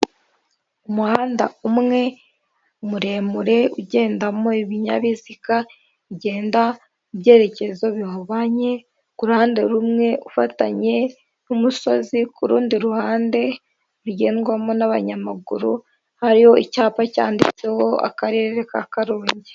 Umuhanda umwe muremure ugendamo ibinyabiziga bigenda mu byerekezo bihabanye ku ruhande rumwe ufatanye n'umusozi, ku rundi ruhande rugendwamo n'abanyamaguru ari icyapa cyanditseho akarere ka Karongi.